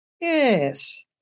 Yes